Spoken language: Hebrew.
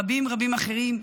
רבים-רבים אחרים,